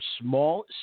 Small